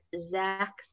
Zach